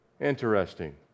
Interesting